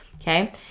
okay